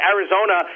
Arizona